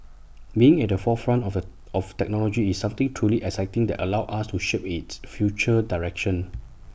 being at the forefront of A of technology is something truly exciting that allows us to shape its future direction